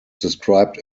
described